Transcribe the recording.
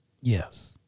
Yes